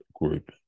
group